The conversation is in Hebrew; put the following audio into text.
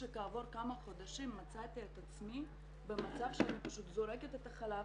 כעבור כמה חודשים מצאתי את עצמי במצב שאני זורקת את החלב